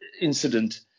incident